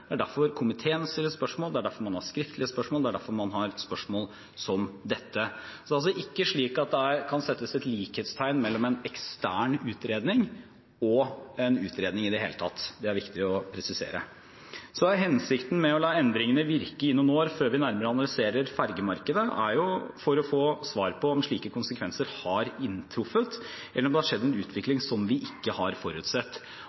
Det er derfor komiteene stiller spørsmål, det er derfor man har skriftlige spørsmål, og det er derfor man har spørsmål som dette. Det kan ikke settes et likhetstegn mellom en ekstern utredning og en utredning i det hele tatt. Det er viktig å presisere. Hensikten med å la endringene virke i noen år før vi nærmere analyserer fergemarkedet, er å få svar på om slike konsekvenser har inntruffet, eller om det har skjedd en